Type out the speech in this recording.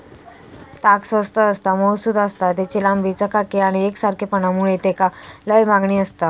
ताग स्वस्त आसता, मऊसुद आसता, तेची लांबी, चकाकी आणि एकसारखेपणा मुळे तेका लय मागणी आसता